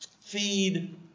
Feed